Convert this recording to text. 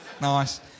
Nice